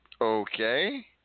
Okay